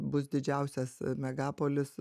bus didžiausias megapolis